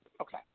Okay